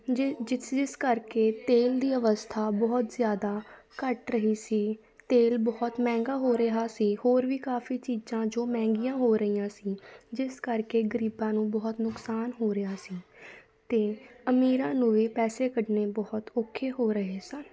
ਜਿ ਜਿਸ ਜਿਸ ਕਰਕੇ ਤੇਲ ਦੀ ਅਵਸਥਾ ਬਹੁਤ ਜ਼ਿਆਦਾ ਘੱਟ ਰਹੀ ਸੀ ਤੇਲ ਬਹੁਤ ਮਹਿੰਗਾ ਹੋ ਰਿਹਾ ਸੀ ਹੋਰ ਵੀ ਕਾਫੀ ਚੀਜ਼ਾਂ ਜੋ ਮਹਿੰਗੀਆਂ ਹੋ ਰਹੀਆਂ ਸੀ ਜਿਸ ਕਰਕੇ ਗਰੀਬਾਂ ਨੂੰ ਬਹੁਤ ਨੁਕਸਾਨ ਹੋ ਰਿਹਾ ਸੀ ਅਤੇ ਅਮੀਰਾਂ ਨੂੰ ਵੀ ਪੈਸੇ ਕੱਢਣੇ ਬਹੁਤ ਔਖੇ ਹੋ ਰਹੇ ਸਨ